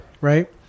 right